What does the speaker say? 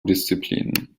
disziplinen